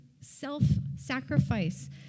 self-sacrifice